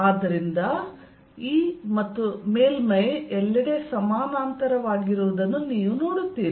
ಆದ್ದರಿಂದ E ಮತ್ತು ಮೇಲ್ಮೈ ಎಲ್ಲೆಡೆ ಸಮಾನಾಂತರವಾಗಿರುವುದನ್ನು ನೀವು ನೋಡುತ್ತೀರಿ